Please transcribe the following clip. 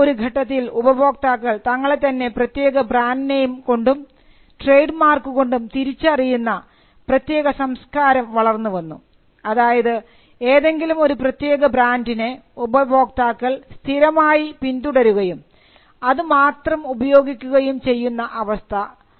പിന്നെ ഒരു ഘട്ടത്തിൽ ഉപഭോക്താക്കൾ തങ്ങളെത്തന്നെ പ്രത്യേക ബ്രാൻഡ് നെയിം കൊണ്ടും ട്രേഡ് മാർക്ക് കൊണ്ടും തിരിച്ചറിയുന്ന ഒരു പ്രത്യേക സംസ്കാരം വളർന്നു വന്നു അതായത് ഏതെങ്കിലും ഒരു പ്രത്യേക ബ്രാൻഡിനെ ഉപഭോക്താക്കൾ സ്ഥിരമായി പിന്തുടരുകയും അത് മാത്രം ഉപയോഗിക്കുകയും ചെയ്യുന്ന അവസ്ഥ